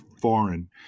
foreign